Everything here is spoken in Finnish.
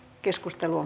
keskustelun